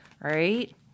Right